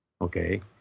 Okay